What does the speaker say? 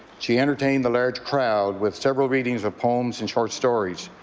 she entertain the large crowd with several readings of poems and short stories.